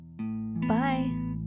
bye